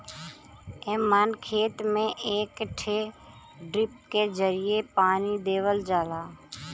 एमन खेत में एक ठे ड्रिप के जरिये पानी देवल जाला